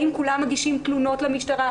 האם כולם מגישים תלונות למשטרה?